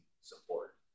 support